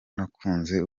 nakunze